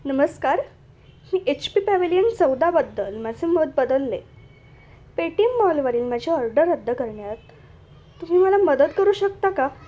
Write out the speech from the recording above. नमस्कार मी H P pavilion चौदाबद्दल माझं मत बदललं आहे पेटीएम मॉलवरील माझी ऑर्डर रद्द करण्यातत तुम्ही मला मदत करू शकता का